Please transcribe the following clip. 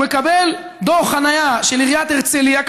הוא מקבל דוח חנייה של עיריית הרצליה.